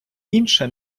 інше